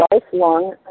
lifelong